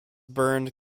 burned